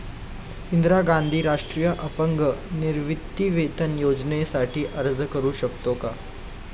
इंदिरा गांधी राष्ट्रीय अपंग निवृत्तीवेतन योजनेसाठी अर्ज करू शकतो का?